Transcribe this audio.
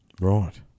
Right